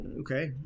Okay